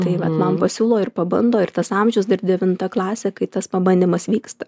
tai vat man pasiūlo ir pabando ir tas amžius dar devinta klasė kai tas pabandymas vyksta